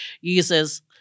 users